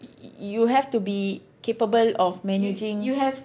you you you have to be capable of managing